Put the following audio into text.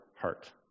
heart